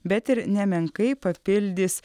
bet ir nemenkai papildys